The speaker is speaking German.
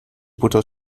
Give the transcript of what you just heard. butter